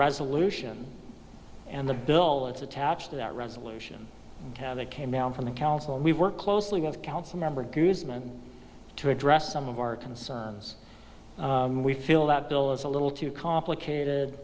resolution and the bill that's attached to that resolution they came down from the council and we work closely with council member guzmn to address some of our concerns we feel that bill is a little too complicated